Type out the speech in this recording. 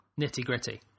nitty-gritty